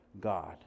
God